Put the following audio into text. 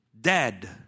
dead